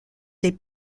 des